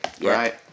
right